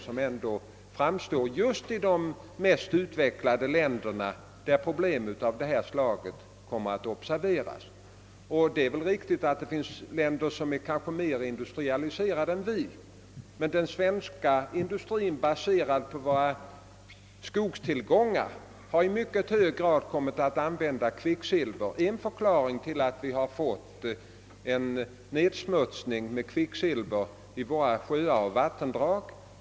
De uppkommer i de mest utvecklade länderna och det är där man också diskuterar dem. Det är riktigt att det finns länder som är lika industrialiserade som vårt land, men den svenska industrin, baserad på våra skogstillgångar, har i mycket hög grad kommit att använda kvicksilver. Det är en av förklaringarna till att vi har fått våra sjöar och vattendrag förorenade av kvicksilver.